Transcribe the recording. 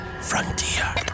Frontier